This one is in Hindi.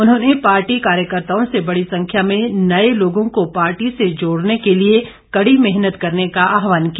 उन्होंने पार्टी कार्यकर्ताओं से बड़ी संख्या में नए लोगों को पार्टी से जोड़ने के लिए कड़ी मेहनत करने का आहवान किया